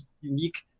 unique